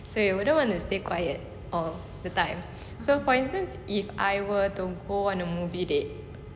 so wouldn't want to stay quiet all the time so for instance if I want to go on a movie date